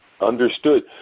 Understood